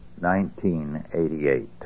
1988